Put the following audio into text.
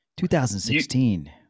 2016